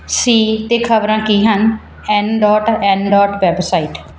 ਸੀ 'ਤੇ ਖ਼ਬਰਾਂ ਕੀ ਹਨ N dot N dot website